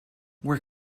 where